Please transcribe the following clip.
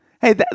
Hey